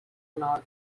nord